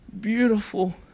beautiful